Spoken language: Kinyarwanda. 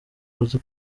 house